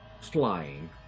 flying